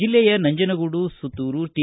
ಜಿಲ್ಲೆಯ ಹನಂಜನಗೂಡು ಸುತ್ತೂರು ಟಿ